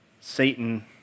Satan